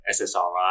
SSRI